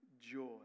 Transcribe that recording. joy